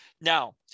Now